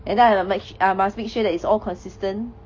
and then I I must make sure that it's all consistent